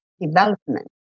development